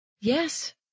Yes